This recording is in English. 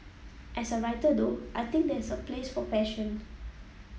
as a writer though I think there is a place for passion